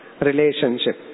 relationship